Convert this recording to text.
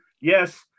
yes